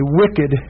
wicked